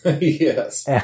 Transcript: Yes